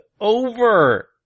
over